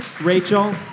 Rachel